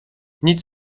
nic